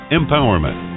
empowerment